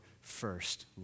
first